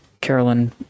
Carolyn